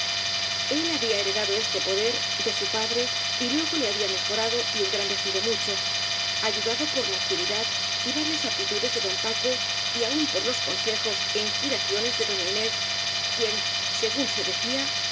él había heredado este poder de su padre y luego le había mejorado y engrandecido mucho ayudado por la actividad y variadas aptitu des de don paco y aun por los consejos é inspira ciones de doña inés quien según se decía